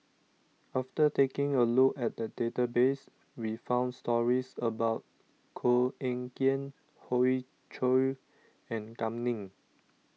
after taking a look at the database we found stories about Koh Eng Kian Hoey Choo and Kam Ning